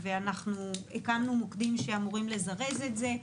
הקמנו מוקדים שאמורים לזרז את זה.